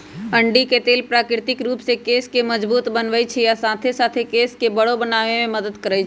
अंडी के तेल प्राकृतिक रूप से केश के मजबूत बनबई छई आ साथे साथ केश के बरो बनावे में मदद करई छई